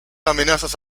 amenazas